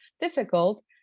difficult